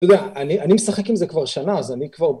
אתה יודע, אני.. אני משחק עם זה כבר שנה, אז אני כבר...